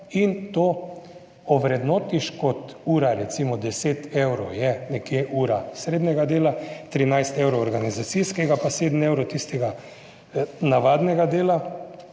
in to ovrednotiš kot ura, recimo deset evrov je nekje ura srednjega dela, 13 evrov organizacijskega, pa sedem evrov tistega navadnega dela